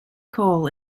coal